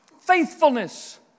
faithfulness